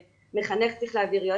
שמחנך צריך להעביר הלאה,